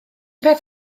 peth